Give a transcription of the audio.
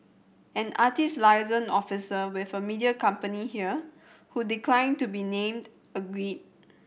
an artist liaison officer with a media company here who declined to be named agreed